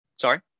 sorry